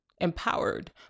empowered